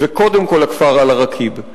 וקודם כול לכפר אל-עראקיב.